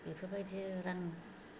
बेफोरबायदि रां